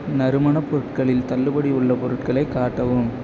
நறுமணப் பொருட்களில் தள்ளுபடி உள்ள பொருட்களை காட்டவும்